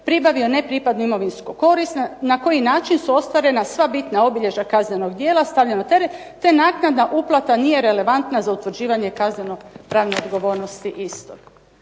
pribavio nepripadnu imovinsku korist na koji način su ostvarena sva bitna obilježja kaznena djela, stavljena na teret, te naknadna uplata nije relevantna za utvrđivanje kazneno-pravne odgovornosti istog.